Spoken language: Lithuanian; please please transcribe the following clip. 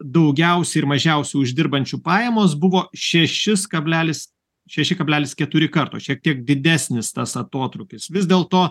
daugiausiai ir mažiausiai uždirbančių pajamos buvo šešis kablelis šeši kablelis keturi karto šiek tiek didesnis tas atotrūkis vis dėl to